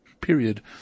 period